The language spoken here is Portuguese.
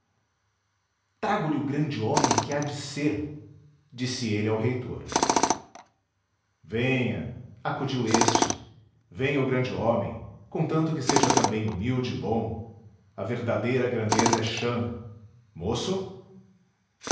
reitor trago-lhe o grande homem que há de ser disse ele ao reitor venha acudiu este venha o grande homem contanto que seja também humilde e bom a verdadeira grandeza é chã moço